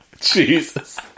Jesus